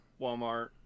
Walmart